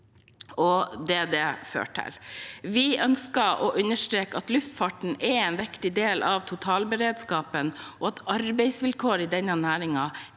Vi ønsker å understreke at luftfarten er en viktig del av totalberedskapen, og at arbeidsvilkår i denne næringen